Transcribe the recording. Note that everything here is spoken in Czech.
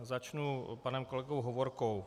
Začnu panem kolegou Hovorkou.